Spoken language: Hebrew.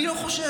אני לא חושב.